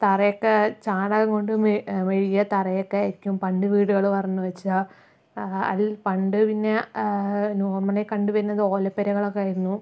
തറയൊക്കെ ചാണകം കൊണ്ട് മെഴുകിയ തറയൊക്കെയായിരിക്കും പണ്ട് വീടുകളെന്ന് പറഞ്ഞു വെച്ചാൽ അതിൽ പണ്ട് പിന്നെ നോർമലി കണ്ടു വരുന്നത് ഓലപ്പുരകളൊക്കെ ആയിരുന്നു